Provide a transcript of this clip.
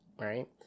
right